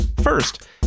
First